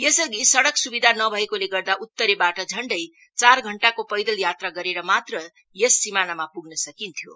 यसअधि सड़क सुविधा नभएकोले गर्दा उत्तरेबाट झण्डै चार घण्टाको पैदल यात्रा गरेर मात्र यस सीमानामा पुग्न सकिन्थ्यो